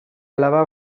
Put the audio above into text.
alaba